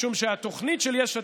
משום שהתוכנית של יש עתיד,